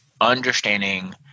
understanding